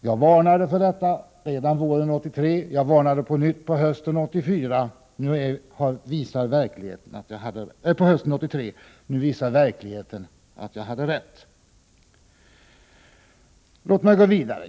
Jag varnade för detta redan våren 1983, och jag varnade på nytt hösten 1983. Nu visar verkligheten att jag hade rätt. Låt mig gå vidare.